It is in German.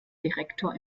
direktor